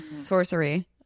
Sorcery